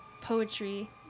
poetry